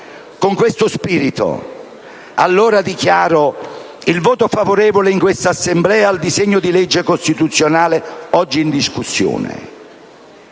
Con questo spirito, allora, dichiaro il voto favorevole in quest'Assemblea al disegno di legge costituzionale oggi in discussione,